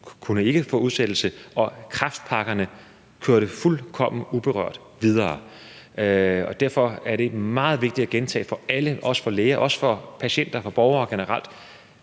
kunne få udsættelse, og kræftpakkerne kørte fuldkommen uberørt videre. Derfor er det meget vigtigt at gentage for alle, også for læger og også for patienter og for borgere generelt: